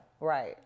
Right